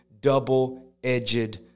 double-edged